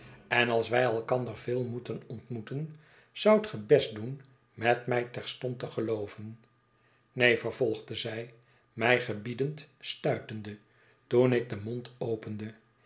en als wij elkander veel moeten ontmoeten zoudt ge best doen met rmj terstond te gelooven neen vervolgde zij mij gebiedend stuitende toen ik den mond opende